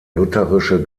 lutherische